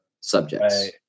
subjects